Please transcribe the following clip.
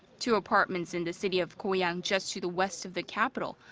two apartments in the city of goyang, just to the west of the capital,